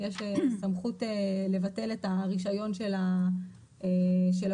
יש גם סמכות לבטל את הרישיון של הגוף